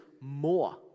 more